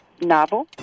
novel